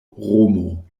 romo